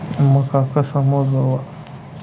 मका कसा मोजावा?